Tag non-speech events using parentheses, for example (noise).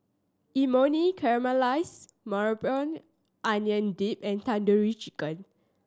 Imoni Caramelized Maui (unintelligible) Onion Dip and Tandoori Chicken